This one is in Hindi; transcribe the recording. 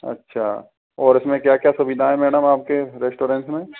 अच्छा और इसमें क्या क्या सुविधा हैं मैडम आपके रेस्टोरेंट में